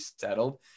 settled